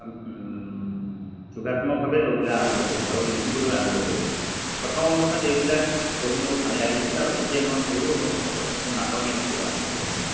যোগাত্মকভাৱে ল'বলৈ আৰম্ভ কৰিলোঁ আৰু লিখিবলৈ আৰম্ভ কৰিলোঁ প্ৰথম অৱস্থাত এইবিলাক পঢ়ি মোৰ ভাল লাগিছিল আৰু তেতিয়া মই সৰু অৱস্থাতে প্ৰথমতে নাটক লিখিবলৈ আৰম্ভ কৰিলোঁ